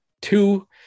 two